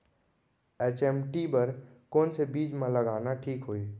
HMT बर कौन से बीज मा लगाना ठीक होही?